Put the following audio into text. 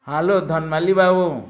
hello Dhanmali ବାବୁ